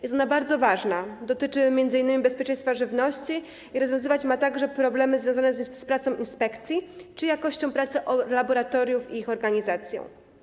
Jest ona bardzo ważna, dotyczy m.in. bezpieczeństwa żywności i ma także rozwiązywać problemy związane z pracą inspekcji czy jakością pracy laboratoriów i ich organizacją.